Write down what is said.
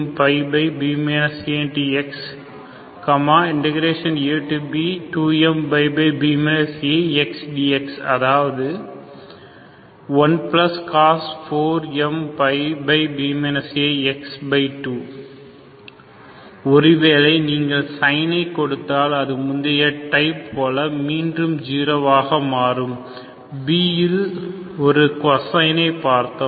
ab2mπb a x ab2mπb a xdx அதாவது 1cos4mπb ax2 ஒருவேளை நீங்கள் sine ஐ கொடுத்தால் அது முந்தைய டைப் போல மீண்டும் 0 ஆக மாறும் b ல் ஒரு cosine ஐ பார்த்தோம்